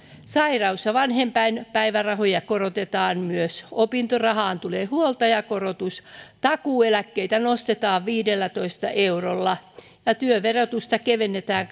sairaus ja vanhempainpäivärahoja korotetaan myös opintorahaan tulee huoltajakorotus takuueläkkeitä nostetaan viidellätoista eurolla ja työn verotusta kevennetään